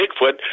Bigfoot